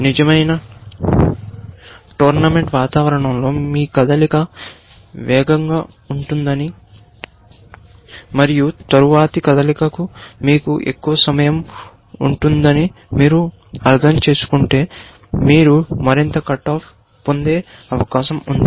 నిజమైన టోర్నమెంట్ వాతావరణంలో మీ కదలిక వేగంగా ఉంటుందని మరియు తరువాతి కదలికలకు మీకు ఎక్కువ సమయం ఉంటుందని మీరు అర్థం చేసుకుంటే మీరు మరింత కట్ ఆఫ్ పొందే అవకాశం ఉంది